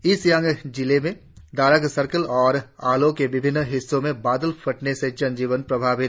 east Siang जिले में दारक सर्कल और आलों के विभिन्न हिस्सों में बादल फटने से जनजीवन प्रभावित